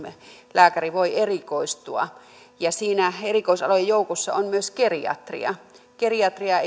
lääkäri voi erikoistua ja siinä erikoisalojen joukossa on myös geriatria geriatria